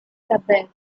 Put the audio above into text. suburb